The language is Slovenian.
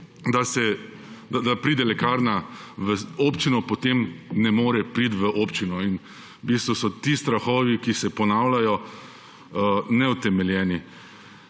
da pride lekarna v občino, potem ne more priti v občino in v bistvu so ti strahovi, ki se ponavljajo, neutemeljeni.